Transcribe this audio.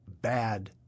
bad